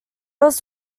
was